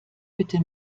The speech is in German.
bitte